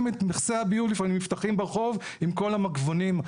את מכסי הביוב לפעמים נפתחים ברחוב עם כל המגבונים.